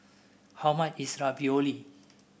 how much is Ravioli